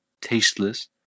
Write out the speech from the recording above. tasteless